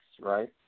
right